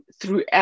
throughout